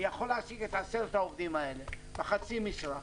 אני יכול להעסיק את עשרת העובדים האלה בחצי משרה,